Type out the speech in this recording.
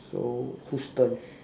so whose turn